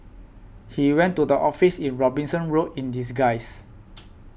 he went to the office in Robinson Road in disguise